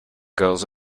girls